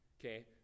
Okay